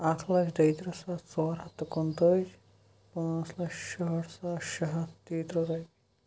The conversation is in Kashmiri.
اکھ لچھ تریٚتٕرہ ساس ژور ہَتھ تہِ کُنتٲجۍ پانٛژھ لَچھ شُہٲٹھ ساس شَہَتھ تریٚترہ رۄپیہِ